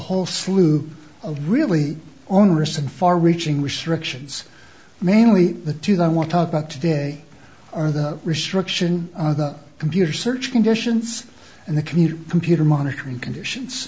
whole slew of really onerous and far reaching restrictions mainly the two that i want to talk about today are the restriction of the computer search conditions and the community computer monitoring conditions